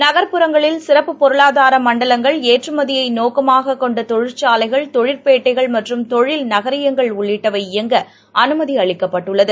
நக்ப்புறங்களில் சிறப்பு பொருளாதாரமண்டலங்கள் ஏற்றுமதியைநோக்கமாககொண்டதொழிற்சாலைகள் தொழிற்பேட்டைகள் மற்றும் தொழில் நகரியங்கள் உள்ளிட்டவை இயங்கஅனுமதிஅளிக்கப்பட்டுள்ளது